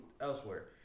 elsewhere